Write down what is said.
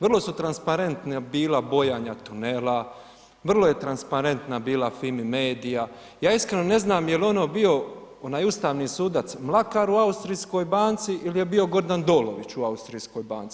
Vrlo su transparenta bila bojanja tunela, vrlo je transparenta bila Fimi Medija, ja iskreno ne znam, jel ono bio onaj ustavni sudac Mlakar u austrijskoj banci ili je bio Gordan Dolović u austrijskoj banci.